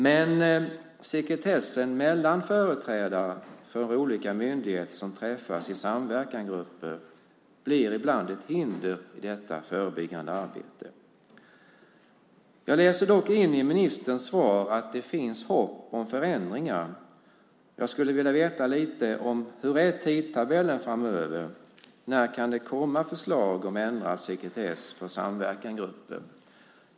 Men sekretessen mellan företrädare för olika myndigheter som träffas i samverkansgrupper blir ibland ett hinder i detta förebyggande arbete. Jag läser dock in i ministerns svar att det finns hopp om förändringar. Jag skulle vilja veta lite om hur tidtabellen är framöver. När kan det komma förslag om ändrad sekretess för samverkansgrupper?